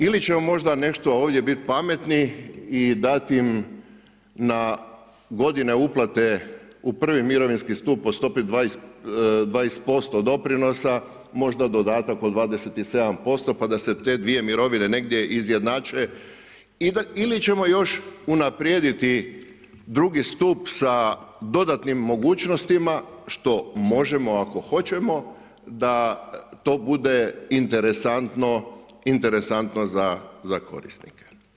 Ili ćemo možda nešto ovdje bit pametni i dati im na godine uplate u prvi mirovinski stup po stopi 20% doprinosa možda dodatak od 27% pa da se te dvije mirovine negdje izjednače ili ćemo još unaprijediti drugi stup sa dodatnim mogućnostima, što možemo ako hoćemo da to bude interesantno za korisnike.